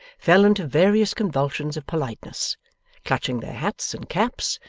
fell into various convulsions of politeness clutching their hats and caps,